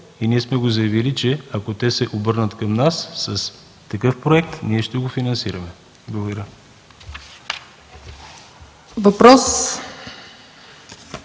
Ние сме заявили, че ако те се обърнат към нас с такъв проект, ние ще го финансираме. Благодаря.